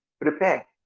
prepare